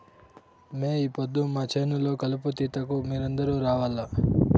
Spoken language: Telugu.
మే ఈ పొద్దు మా చేను లో కలుపు తీతకు మీరందరూ రావాల్లా